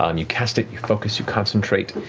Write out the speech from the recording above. um you cast it, you focus, you concentrate,